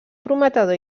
prometedor